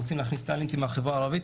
צמאים ורוצים להכניס טאלנטים מהחברה הערבית.